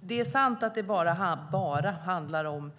Det är sant att det bara handlar om